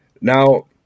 Now